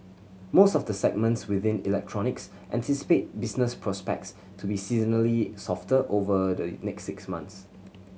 most of the segments within electronics anticipate business prospects to be seasonally softer over the next six months